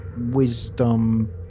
wisdom